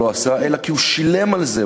אלא כי הוא שילם על זה,